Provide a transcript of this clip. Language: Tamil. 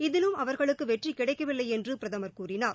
இதிலும் அவர்களுக்கு வெற்றி கிடைக்கவில்லை என்று பிரதமர் கூழினார்